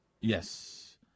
Yes